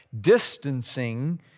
distancing